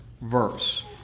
verse